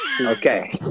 Okay